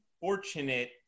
fortunate